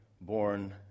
born